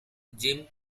jim